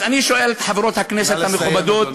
אז אני שואל את חברות הכנסת המכובדות,